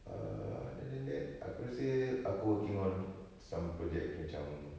err other than that aku rasa aku working on some project macam